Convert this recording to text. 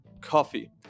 Coffee